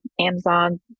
Amazon